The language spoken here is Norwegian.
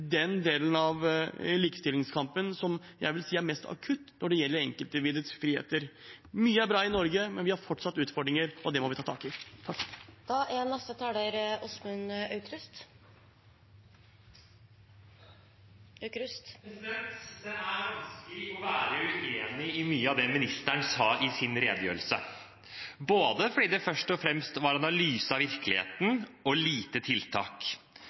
den delen av likestillingskampen jeg vil si er mest akutt når det gjelder enkeltindividets frihet. Mye er bra i Norge, men vi har fortsatt utfordringer, og det må vi ta tak i. Det er vanskelig å være uenig i mye av det ministeren sa i sin redegjørelse, både fordi det først og fremst var en analyse av virkeligheten og få tiltak,